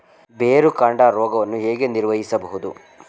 ಬೇರುಕಾಂಡ ರೋಗವನ್ನು ಹೇಗೆ ನಿರ್ವಹಿಸಬಹುದು?